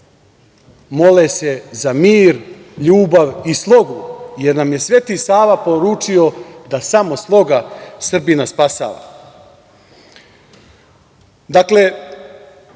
Mole se za mir, ljubav i slogu, jer nam je Sveti Sava poručio da samo sloga Srbina spasava. Dakle,